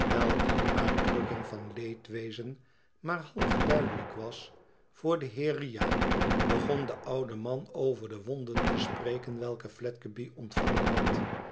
wijl die uitdrukking van leedwezen maar half duidelijk was voor den heer riah begon de oude man over de wonden te spreken welke fledgeby ontvangen had